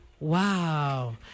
wow